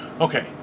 okay